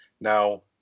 Now